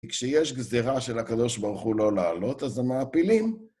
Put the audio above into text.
כי כשיש גזירה של הקדוש ברוך הוא לא לעלות, אז המעפילים...